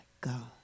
God